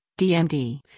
DMD